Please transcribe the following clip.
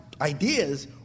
ideas